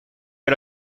est